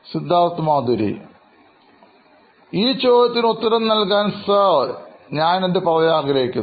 Siddharth Madhuri CEO Neon Electronics ഈ ചോദ്യത്തിന് ഉത്തരം നൽകാൻ സാർ ഞാനിത് പറയാൻ ആഗ്രഹിക്കുന്നു